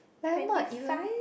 like I'm not even